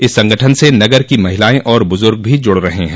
इस संगठन से नगर की महिलायें और बुजुर्ग भी जुड़ रहे हैं